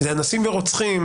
אנסים ורוצחים